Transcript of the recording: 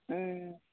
ꯎꯝ